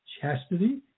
chastity